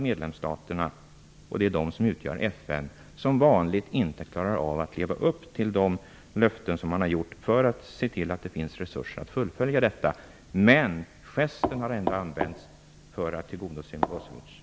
Medlemsstaterna, som ju är FN, klarar som vanligt inte av att leva upp till de löften de har gett om att se till att det finns resurser för att fullfölja detta. Gesten har ändå använts för att tillgodose Milosevic.